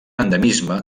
endemisme